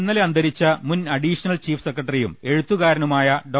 ഇന്നലെ അന്തരിച്ച മുൻ അഡീഷണൽ ചീഫ് സെക്രട്ടറിയും എഴു ത്തുകാരനുമായ ഡോ